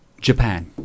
Japan